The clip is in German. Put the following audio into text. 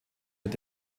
mit